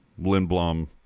Lindblom